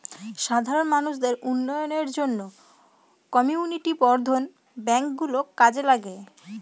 সাধারণ মানুষদের উন্নয়নের জন্য কমিউনিটি বর্ধন ব্যাঙ্ক গুলো কাজে লাগে